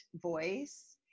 voice